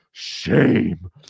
shame